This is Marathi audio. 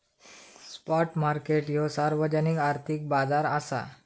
स्पॉट मार्केट ह्यो सार्वजनिक आर्थिक बाजार असा